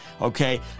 okay